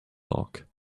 loc